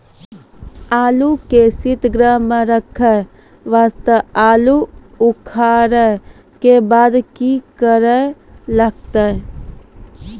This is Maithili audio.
आलू के सीतगृह मे रखे वास्ते आलू उखारे के बाद की करे लगतै?